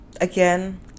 again